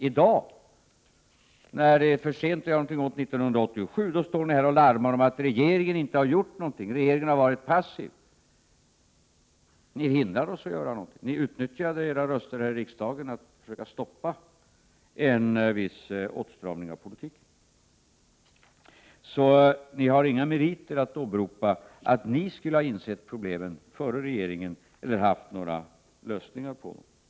I dag — när det är för sent att göra någonting åt 1987 — står ni här och larmar om att regeringen inte har gjort någonting, att regeringen har varit passiv. Men ni hindrade oss från att göra någonting då. Ni utnyttjade era röster för att försöka stoppa en viss åtstramning av politiken. Ni har alltså inga meriter att åberopa i fråga om att ni skulle ha insett problemen före regeringen eller haft några lösningar på dem.